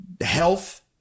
health